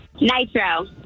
Nitro